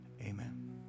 amen